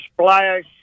splash